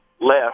left